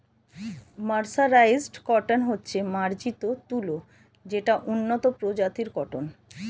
mercerised cotton হচ্ছে মার্জিত তুলো যেটা উন্নত প্রজাতির কটন